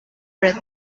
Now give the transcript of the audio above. brett